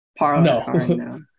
No